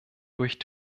durch